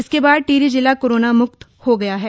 जिसके बाद टिहरी जिला कोरोना म्क्त हो गया है